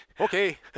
Okay